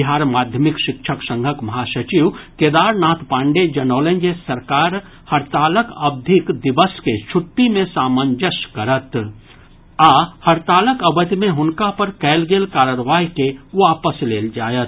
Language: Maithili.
बिहार माध्यमिक शिक्षक संघक महासचिव केदारनाथ पांडेय जनौलनि जे सरकार हड़तालक अवधिक दिवस के छुट्टी मे सामंजस्य करत आ हड़तालक अवधि मे हुनका पर कयल गेल कार्रवाई के वापस लेल जायत